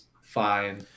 fine